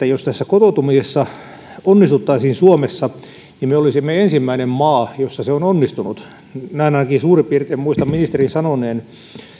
jos tässä kotoutumisessa onnistuttaisiin suomessa niin me olisimme ensimmäinen maa jossa se on onnistunut näin ainakin suurin piirtein muistan ministerin sanoneen